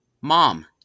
Mom